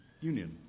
Union